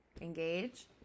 engage